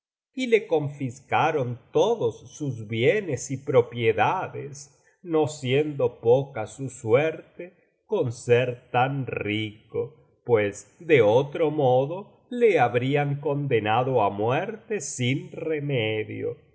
y le confiscaron todos sus bienes y propiedades no siendo poca su suerte con ser tan rico pues de otro modo le habrían condenado á muerte sin remedio